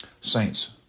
Saints